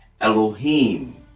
Elohim